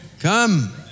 Come